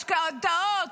משכנתאות,